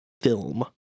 film